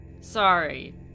Sorry